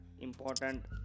important